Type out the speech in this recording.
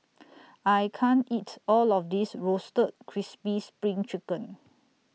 I can't eat All of This Roasted Crispy SPRING Chicken